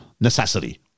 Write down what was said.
necessity